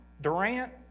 Durant